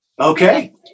Okay